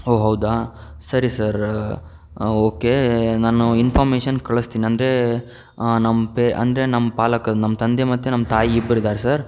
ಹೋ ಹೌದಾ ಸರಿ ಸರ್ ಒಕೆ ನಾನು ಇನ್ಫರ್ಮೇಷನ್ ಕಳಿಸ್ತೀನಿ ಅಂದರೆ ನಮ್ಮ ಪೆ ಅಂದರೆ ನಮ್ಮ ಪಾಲಕ್ರ ನಮ್ಮ ತಂದೆ ಮತ್ತು ನಮ್ಮ ತಾಯಿ ಇಬ್ಬರಿದ್ದಾರೆ ಸರ್